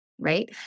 right